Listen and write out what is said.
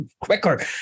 quicker